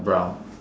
brown